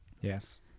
yes